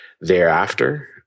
thereafter